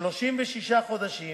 36 חודשים